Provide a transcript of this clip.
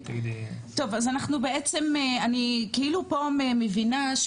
טוב אז אני בעצם מבינה פה,